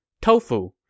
tofu